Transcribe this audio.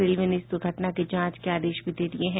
railway ने इस दुर्घटना के जांच के आदेश भी दे दिए हैं